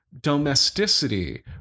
domesticity